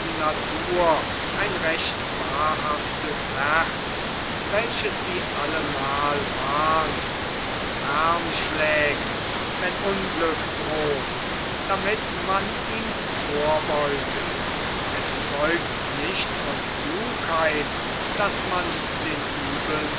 ein recht wahrhaftes herz welches sie allemal warnt und lärm schlägt wann unglück droht damit man ihm vorbeuge es zeugt nicht von klugheit daß man den uebeln